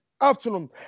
afternoon